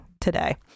today